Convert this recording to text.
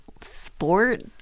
sport